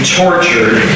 tortured